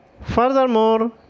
furthermore